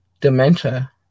dementia